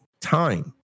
time